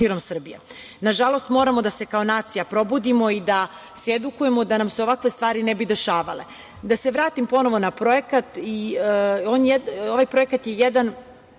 Nažalost, moramo da se kao nacija probudimo i da se edukujemo, da nam se ovakve stvari ne bi dešavale. Da se vratim ponovo na projekat. Ovaj projekat je jedan